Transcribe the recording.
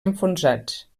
enfonsats